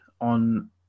on